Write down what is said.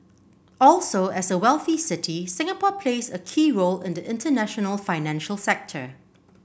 also as a wealthy city Singapore plays a key role in the international financial sector